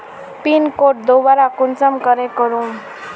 Pin code दोबारा कुंसम करे करूम?